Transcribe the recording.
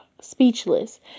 Speechless